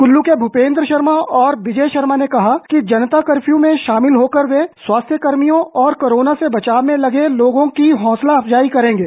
कल्लू के भूपेंद्र शर्मा और विजय शर्मा ने कहा कि जनता कर्फयू में शामिल होकर स्वास्थ्य कर्मियों और कोरोना से बचाव में लगे लोगों की हौंसला अफजाई करेंगे